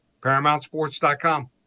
ParamountSports.com